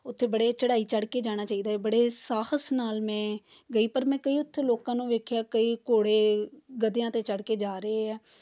ਉੱਥੇ ਬੜੇ ਚੜ੍ਹਾਈ ਚੜ੍ਹ ਕੇ ਜਾਣਾ ਚਾਹੀਦਾ ਬੜੇ ਸਾਹਸ ਨਾਲ ਮੈਂ ਗਈ ਪਰ ਮੈਂ ਕਈ ਉੱਥੇ ਲੋਕਾਂ ਨੂੰ ਵੇਖਿਆ ਕਈ ਘੋੜੇ ਗਧਿਆਂ 'ਤੇ ਚੜ੍ਹ ਕੇ ਜਾ ਰਹੇ ਆ